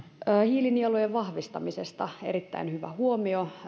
hiilinielujen vahvistamisesta erittäin hyvä huomio